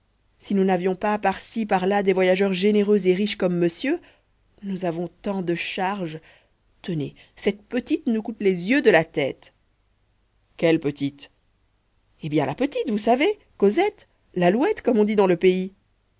si nous n'avions pas par-ci par-là des voyageurs généreux et riches comme monsieur nous avons tant de charges tenez cette petite nous coûte les yeux de la tête quelle petite eh bien la petite vous savez cosette l'alouette comme on dit dans le pays